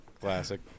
classic